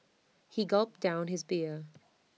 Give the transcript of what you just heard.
he gulped down his beer